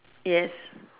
yes